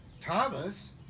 Thomas